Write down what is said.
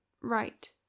right